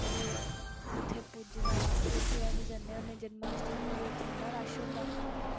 ऐ उत्थै पुज्जना उत्थै अस जन्ने होन्ने जन्माश्टमी उप्पर ते उत्थै इन्ना रश होंदा